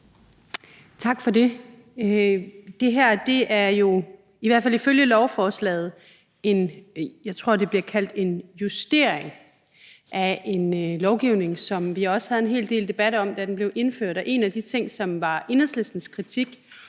Tak for det. Det her er jo – i hvert fald ifølge lovforslaget – en justering, tror jeg det bliver kaldt, af en lovgivning, som vi også havde en hel del debat om, da den blev indført. En af de ting, som Enhedslisten kritiserede